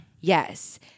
Yes